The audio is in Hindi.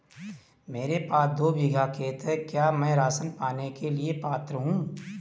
मेरे पास दो बीघा खेत है क्या मैं राशन पाने के लिए पात्र हूँ?